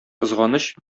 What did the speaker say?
кызганыч